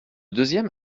deuxième